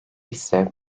ise